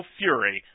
fury